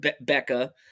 Becca